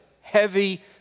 heavy